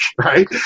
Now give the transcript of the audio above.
Right